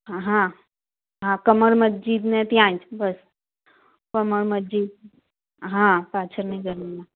હં હં હા કમર મસ્જિદને ત્યાં જ બસ કમર મસ્જિદ હા પાછળની ગલીમાં